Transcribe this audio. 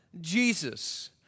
Jesus